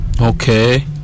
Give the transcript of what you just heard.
Okay